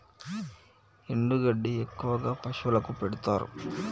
ఎండు గడ్డి ఎక్కువగా పశువులకు పెడుతారు